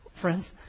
friends